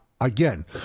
again –